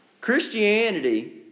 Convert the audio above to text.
Christianity